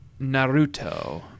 Naruto